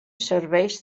serveis